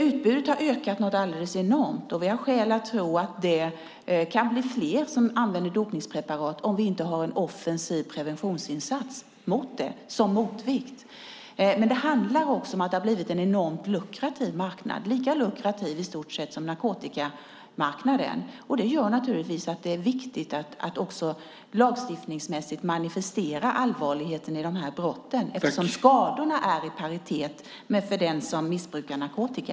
Utbudet har ökat alldeles enormt, och vi har skäl att tro att det kan bli fler som börjar använda dopningspreparat om vi inte har en offensiv preventionsinsats som motvikt. Det har blivit en enormt lukrativ marknad, i stort sett lika lukrativ som narkotikamarknaden. Det gör att det är viktigt att lagstiftningsmässigt manifestera allvarligheten i dessa brott, eftersom skadorna är i paritet med skadorna för dem som missbrukar narkotika.